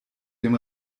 dem